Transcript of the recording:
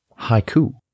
haiku